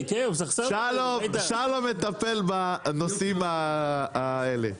שלום מטפל בנושאים האלה.